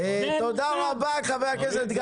בנק הדואר מרוויח או מפסיד?